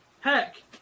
Heck